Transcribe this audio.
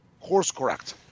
course-correct